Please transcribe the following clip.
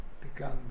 become